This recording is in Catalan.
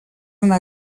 una